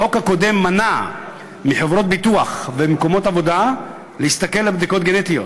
החוק הקודם מנע מחברות ביטוח וממקומות עבודה להסתכל על בדיקות גנטיות,